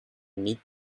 need